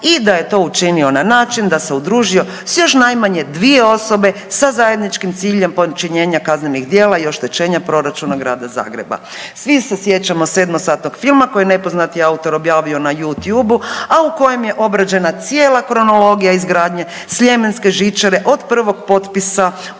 i da je to učinio na način da se udružio s još najmanje 2 osobe sa zajedničkim ciljem počinjenja kaznenih djela i oštećenja proračuna Grada Zagreba. Svi se sjećamo sedmosatnog filma koji je nepoznati autor objavio na Youtube, a u kojem je obrađena cijela kronologija izgradnje sljemenske žičare od prvog potpisa ugovora